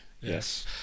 yes